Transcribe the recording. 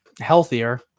healthier